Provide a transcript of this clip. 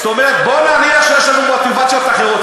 בוא נניח שיש לנו מוטיבציות אחרות,